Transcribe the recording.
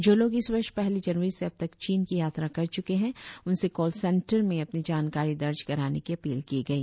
जो लोग इस वर्ष पहली जनवरी से अब तक चीन की यात्रा कर चुके हैं उनसे कॉल सैंटर में अपनी जानकारी दर्ज कराने की अपील की गई